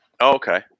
Okay